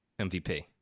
MVP